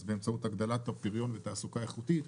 אז באמצעות הגדלת הפריון ותעסוקה איכותית,